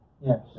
Yes